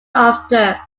after